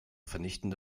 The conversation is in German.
vernichtende